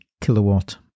kilowatt